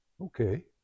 okay